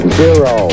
zero